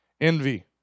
Envy